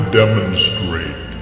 demonstrate